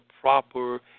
proper